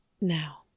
Now